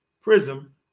prism